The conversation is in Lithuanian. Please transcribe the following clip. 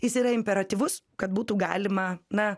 jis yra imperatyvus kad būtų galima na